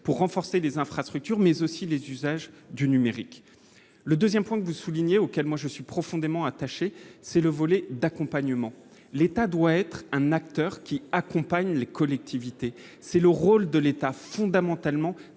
pour renforcer les infrastructures, mais aussi les usages du numérique. Le deuxième point que vous soulignez et auquel je suis profondément attaché concerne le volet accompagnement. L'État doit être un acteur qui accompagne les collectivités. C'est fondamentalement